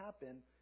happen